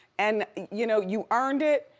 and you know you earned it,